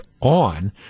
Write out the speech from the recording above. on